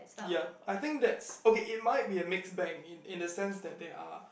ya I think that's okay it might be a mix bag in in a sense that they are